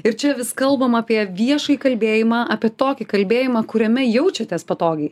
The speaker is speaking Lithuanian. ir čia vis kalbam apie viešąjį kalbėjimą apie tokį kalbėjimą kuriame jaučiatės patogiai